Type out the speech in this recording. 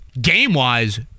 game-wise